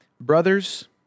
Brothers